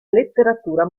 letteratura